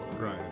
Right